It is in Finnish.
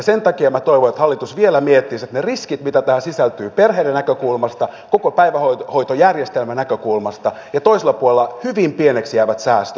sen takia minä toivon että hallitus vielä miettisi ne riskit joita tähän sisältyy perheiden näkökulmasta koko päivähoitojärjestelmän näkökulmasta ja toisella puolella ne hyvin pieniksi jäävät säästöt